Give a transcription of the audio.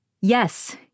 Yes